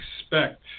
expect